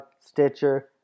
Stitcher